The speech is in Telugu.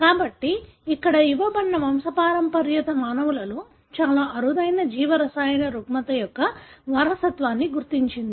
కాబట్టి ఇక్కడ ఇవ్వబడిన వంశపారంపర్యత మానవులలో చాలా అరుదైన జీవరసాయన రుగ్మత యొక్క వారసత్వాన్ని గుర్తించింది